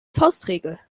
faustregel